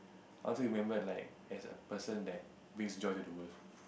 I want to remembered like as a person who brings joy to the world